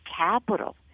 capital